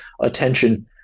attention